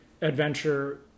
adventure